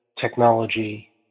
technology